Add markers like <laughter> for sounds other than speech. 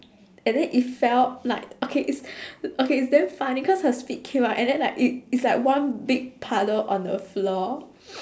and then it fell like okay it's <noise> okay it's damn funny cause her spit came out and then like it's like one big puddle on the floor